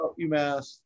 UMass